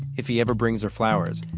if he ever brings her flowers.